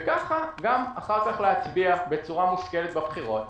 וכך להצביע גם אחר כך בצורה מושכלת בבחירות.